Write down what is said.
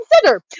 consider